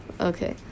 Okay